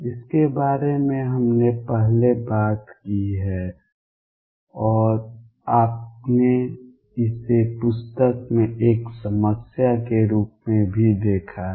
इसके बारे में हमने पहले बात की है और आपने इसे पुस्तक में एक समस्या के रूप में भी देखा है